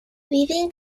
weaving